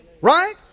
Right